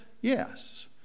yes